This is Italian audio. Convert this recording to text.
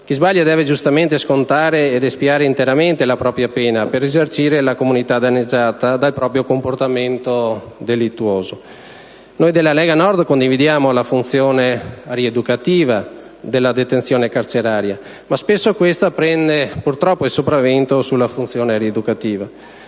Chi sbaglia deve giustamente espiare interamente la propria pena per risarcire la comunità danneggiata dal proprio comportamento delittuoso. Noi della Lega Nord condividiamo la funzione rieducativa della detenzione carceraria, ma spesso quest'ultima prende purtroppo il sopravvento sulla funzione rieducativa.